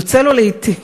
יוצא לו לעתים,